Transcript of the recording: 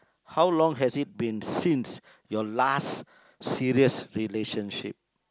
how long has it been since your last serious relationship